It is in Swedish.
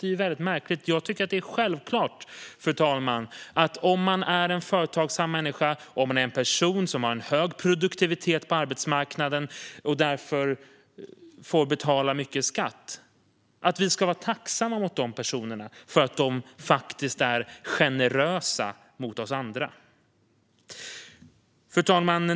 Jag tycker att det är självklart, fru talman, att vi ska vara tacksamma mot personer som är företagsamma och som har en hög produktivitet på arbetsmarknaden och som därför får betala mycket i skatt för att de faktiskt är generösa mot oss andra. Fru talman!